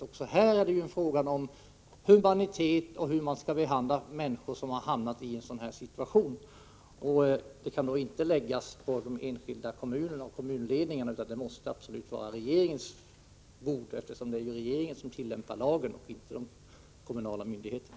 Också härvidlag är det ju fråga om humanitet och sättet att behandla människor som har hamnat i en sådan här situation. Det kan inte vara de enskilda kommunernas och kommunledningarnas sak utan regeringens, eftersom det är regeringen som tillämpar lagen och inte de kommunala myndigheterna.